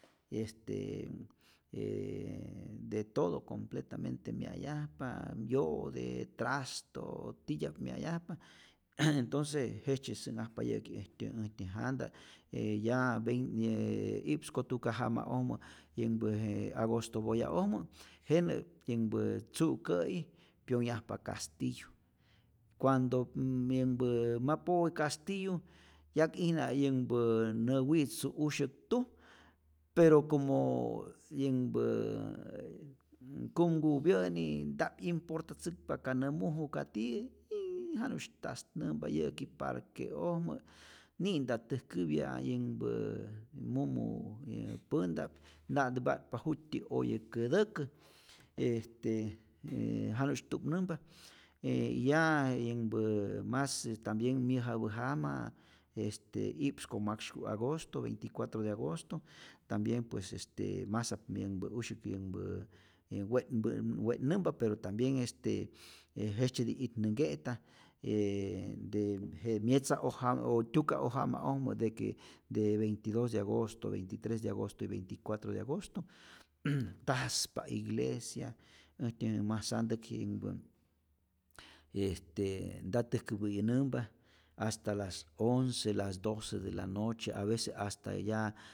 Est, de todo completamente mya'yajpa yo'te, trasto, titya'p mya'yajpa, entonce jejtzye sä'nhajpa yä'ki äjtyä äjtyä janta, je ya vein ee i'ps ko tuka jama'ojmä yänhpä je agosto boya'ojmä, jenä yänhpä tzu'kä'yi pyonhyajpa kastiyu, cuando yänhpä ma powe kastiyu yak'ijna yänhpä nä wi'tzu usyäk tuj, pero como yänhpäää kumkupyä'nij nta'p yimportatzäkpa ka nä muju ka tiyä, jiii janu'sh tasnämpa yä'ki parke'ojmä, ni'nta täjkäpya yänhpä mumu ää pänta'p nta'mntä mpa'tpa jut'tyä oye kätäkä, este ja'nu'sy tu'mnämpa e ya yänhpä mas tambien myäjapä jama, este i'ps ko maksyku agosto veinti cuatro de agosto, tambien pues este masap yänhpä usyäk yänhpä, we'npä we'nnämpa pero tambien este jejtzyeti itnänhke'ta, ee dee je myetzaoj jam o tyukaoj majama'ojmä, de que de veintidos de agosto, veintitres de agosto y veinticuatro de agosto, tajspa iglesia äjtyä majsantäk, yänhpä este nta täjkäpäyä'nämpa hasta las once, las doce de la noche avece hasta ya